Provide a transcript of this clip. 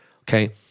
Okay